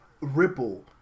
ripple